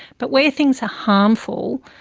but where things are harmful,